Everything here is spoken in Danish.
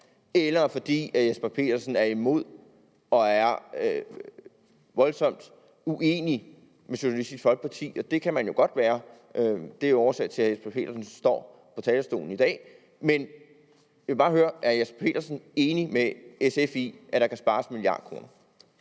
eller fordi hr. Jesper Petersen er imod og voldsomt uenig med Socialistisk Folkeparti, og det kan man jo godt være. Det er jo årsagen til, at hr. Jesper Petersen står på talerstolen i dag. Men jeg vil bare høre: Er hr. Jesper Petersen enig med SF i, at der kan spares 1 mia. kr.?